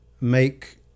make